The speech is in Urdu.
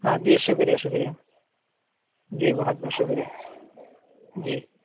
ہاں جی شکریہ شکریہ جی بہت بہت شکریہ جی